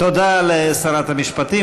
תודה לשרת המשפטים.